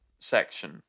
section